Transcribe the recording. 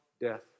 death